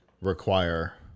require